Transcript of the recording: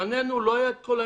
בזמננו לא היה את כל האינטרנטים,